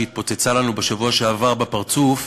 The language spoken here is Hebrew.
שהתפוצצה לנו בשבוע שעבר בפרצוף,